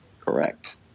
Correct